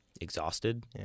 exhausted